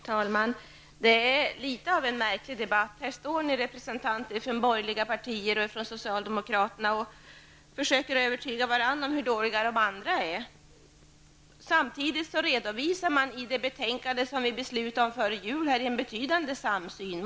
Herr talman! Det är litet av en märklig debatt. Här står nu representanter för borgerliga partier och för socialdemokraterna och försöker övertyga varandra om hur dåliga de andra är. Samtidigt redovisar man i det betänkande som vi beslutade om före jul en betydande samsyn.